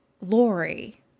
Lori